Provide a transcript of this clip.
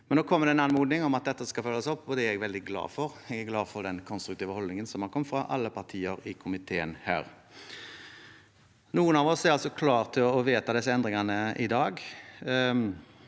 Nå kommer det en anmodning om at dette skal følges opp, og det er jeg veldig glad for. Jeg er glad for den konstruktive holdningen som har kommet fra alle partier i komiteen her. Noen av oss er altså klare til å vedta disse endringene i dag.